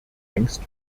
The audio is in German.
längst